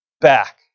back